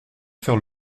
faire